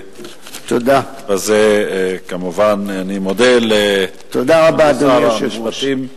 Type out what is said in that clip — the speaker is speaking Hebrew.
בזה כמובן אני מודה לאדוני שר המשפטים.